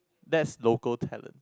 that's local talent